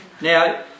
Now